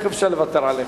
איך אפשר לוותר עליך.